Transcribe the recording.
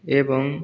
ଏବଂ